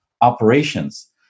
operations